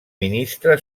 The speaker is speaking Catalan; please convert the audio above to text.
ministre